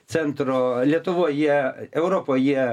centro lietuvoje europoje